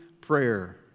prayer